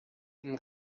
این